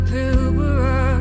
Pilbara